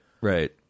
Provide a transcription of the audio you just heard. right